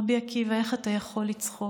רבי עקיבא, איך אתה יכול לצחוק?